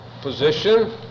position